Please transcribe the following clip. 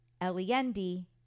L-E-N-D